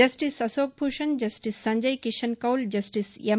justice Ashok Bhushan justice Sanjay Kishan Kaul justice M